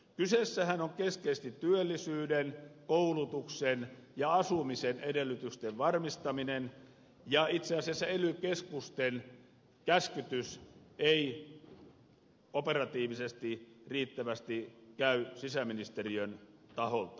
kyseessähän on keskeisesti työllisyyden koulutuksen ja asumisen edellytysten varmistaminen ja itse asiassa ely keskusten käskytys ei operatiivisesti riittävästi käy sisäministeriön taholta